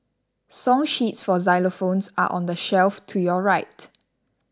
song sheets for xylophones are on the shelf to your right